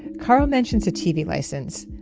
carl mentioned the tv license.